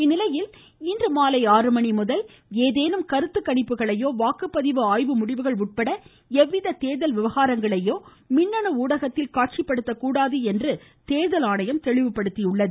இந்நிலையில் இன்று மணி கருத்துகணிப்புக்களையோ வாக்குப்பதிவு ஆய்வு முடிவுகள் உட்பட எவ்வித தேர்தல் விவகாரங்களையும் மின்னணு ஊடகத்தில் காட்சிப்படுத்தக்கூடாது என்று தேர்தல் ஆணையம் தெளிவுபடுத்தியுள்ளது